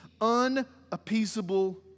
unappeasable